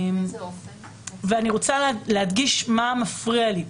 אני רוצה להדגיש מה מפריע לי.